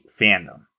fandom